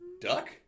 Duck